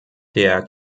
der